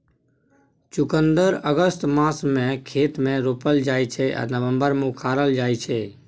चुकंदर अगस्त मासमे खेत मे रोपल जाइ छै आ नबंबर मे उखारल जाइ छै